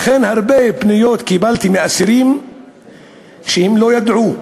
לכן קיבלתי הרבה פניות מאסירים שלא ידעו.